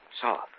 Soft